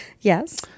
Yes